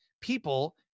people